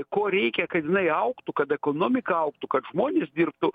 ko reikia kad jinai augtų kad ekonomika augtų kad žmonės dirbtų